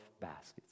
baskets